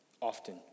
often